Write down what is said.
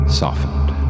softened